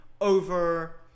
over